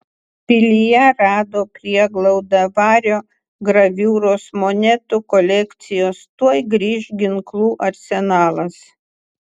pilyje rado prieglaudą vario graviūros monetų kolekcijos tuoj grįš ginklų arsenalas